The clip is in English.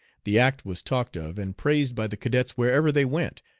the act was talked of and praised by the cadets wherever they went,